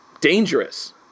dangerous